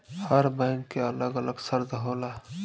हर bank के अलग अलग शर्त होला